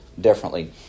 differently